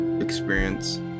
experience